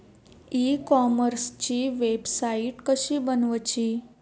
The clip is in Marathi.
ई कॉमर्सची वेबसाईट कशी बनवची?